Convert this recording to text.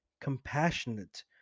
compassionate